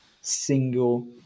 single